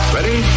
Ready